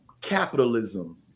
capitalism